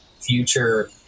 future